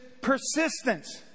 persistence